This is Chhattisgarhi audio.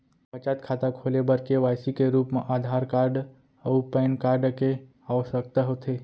बचत खाता खोले बर के.वाइ.सी के रूप मा आधार कार्ड अऊ पैन कार्ड के आवसकता होथे